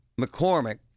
McCormick